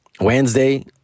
Wednesday